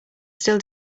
still